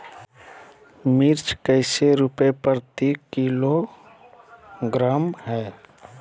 मिर्च कैसे रुपए प्रति किलोग्राम है?